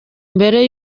mbere